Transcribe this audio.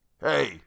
Hey